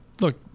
look